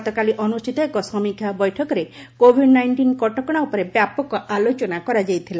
ଗତକାଲି ଅନୁଷ୍ଠିତ ଏକ ସମୀକ୍ଷା ବୈଠକରେ କୋଭିଡ ନାଇଷ୍ଟିନ୍ କଟକଣା ଉପରେ ବ୍ୟାପକ ଆଲୋଚନା କରାଯାଇଥିଲା